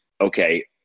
okay